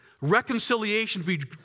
Reconciliation